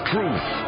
Truth